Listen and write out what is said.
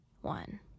one